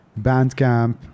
Bandcamp